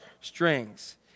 strings